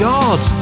God